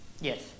Yes